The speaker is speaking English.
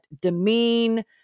demean